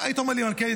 היית אומר לי: מלכיאלי,